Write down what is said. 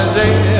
day